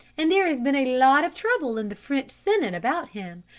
and there has been a lot of trouble in the french senate about him.